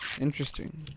Interesting